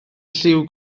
lliw